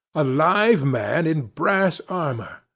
a live man in brass armour!